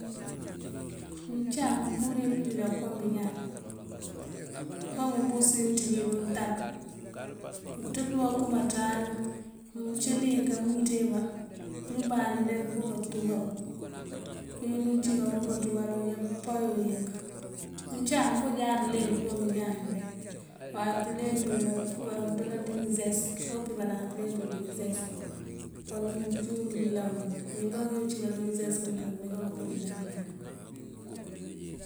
Ngëëcáam apurir pëlilan kom iñaan. Kom ubus uwi inţíjëwi ná untamb. Unţëpëëmba okëm aţaalu mëëncilíink ám mëëwiţee ba kurëmbandi kuwun untúkaru. Këwin uncí kantúkaru, owuya pëëmpáyo ink. Uncáam jáaţ ulenţ kom iñaan unk dee uwaye pëlenţëwul adëlënd di ngëë zesëtë. O píibënan pëlenţëwul di ngëë zesëtë. ënkë cíiwun pëlilaŋ ngul. Mëënwin ba wuţi di ngëë zesëtë umee kaloŋ kolilaŋ keelilaŋ.